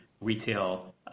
retail